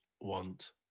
want